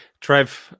Trev